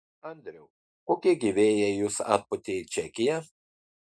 andriau kokie gi vėjai jus atpūtė į čekiją